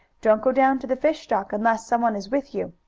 don't go down to the fish dock unless some one is with you.